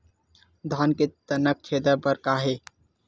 धान के तनक छेदा बर का हे?